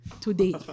today